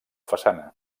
façana